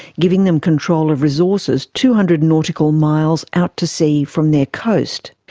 giving them control of resources two hundred nautical miles out to sea from their coast.